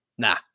Nah